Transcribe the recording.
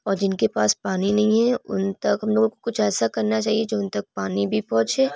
اور جن کے پاس پانی نہیں ہے ان تک ہم لوگوں کو کچھ ایسا کرنا چاہیے جو ان تک پانی بھی پہنچے